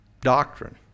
doctrine